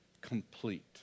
complete